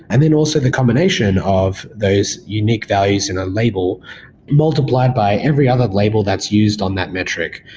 and then also the combination of those unique values in a label multiplied by every other label that's used on that metric.